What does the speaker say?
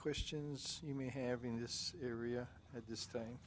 questions you may have in this area at this thing